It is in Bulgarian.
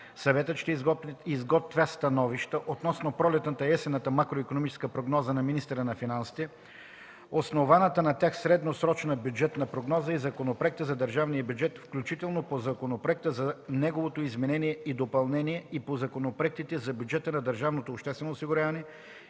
Съветът ще изготвя становища относно пролетната и есенната макроикономическа прогноза на министъра на финансите, основаната на тях средносрочна бюджетна прогноза и законопроекта за държавния бюджет, включително по законопроекти за неговото изменение и допълнение и по законопроектите за бюджета на